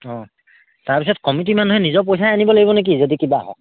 অঁ তাৰ পিছত কমিটি মানুহে নিজৰ পইচাই আনিব লাগিব নে কি যদি কিবা হয়